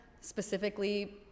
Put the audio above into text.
specifically